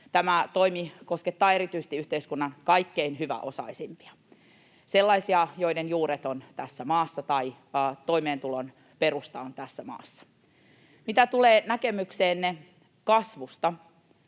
Tämä toimi koskettaa erityisesti yhteiskunnan kaikkein hyväosaisimpia, sellaisia, joiden juuret ovat tässä maassa tai toimeentulon perusta on tässä maassa. Mitä tulee näkemykseenne kasvusta,